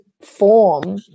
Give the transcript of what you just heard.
form